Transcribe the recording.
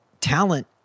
Talent